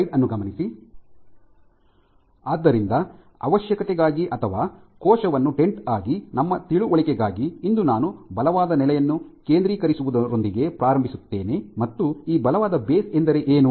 ಆದ್ದರಿಂದ ಅವಶ್ಯಕತೆಗಾಗಿ ಅಥವಾ ಕೋಶವನ್ನು ಟೆಂಟ್ ಆಗಿ ನಮ್ಮ ತಿಳುವಳಿಕೆಗಾಗಿ ಇಂದು ನಾನು ಬಲವಾದ ನೆಲೆಯನ್ನು ಕೇಂದ್ರೀಕರಿಸುವುದರೊಂದಿಗೆ ಪ್ರಾರಂಭಿಸುತ್ತೇನೆ ಮತ್ತು ಈ ಬಲವಾದ ಬೇಸ್ ಎಂದರೆ ಏನು